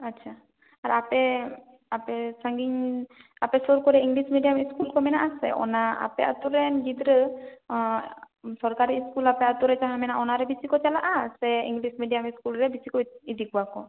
ᱟᱪᱪᱷᱟ ᱟᱨ ᱟᱯᱮ ᱟᱯᱮ ᱥᱟᱺᱜᱤᱧ ᱥᱩᱨ ᱠᱚᱨᱮ ᱤᱝᱞᱤᱥ ᱢᱤᱰᱤᱭᱟᱢ ᱤᱥᱠᱩᱞ ᱠᱚ ᱢᱮᱱᱟ ᱟᱥᱮ ᱚᱱᱟ ᱟᱯᱮ ᱟᱛᱳ ᱨᱮᱱ ᱜᱤᱫᱽᱨᱟᱹ ᱥᱚᱨᱠᱟᱨᱤ ᱤᱥᱠᱩᱞ ᱟᱯᱮ ᱟᱛᱳ ᱨᱮ ᱡᱟᱦᱟ ᱢᱮᱱᱟ ᱚᱱᱟᱨᱮ ᱵᱮᱥᱤ ᱠᱚ ᱪᱟᱞᱟ ᱥᱮ ᱤᱝᱞᱤᱥ ᱢᱤᱰᱤᱭᱟᱢ ᱤᱥᱠᱩᱞ ᱨᱮ ᱵᱮᱥᱤ ᱠᱚ ᱤᱫᱤ ᱠᱚᱣᱟ ᱠᱚ